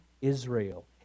Israel